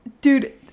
dude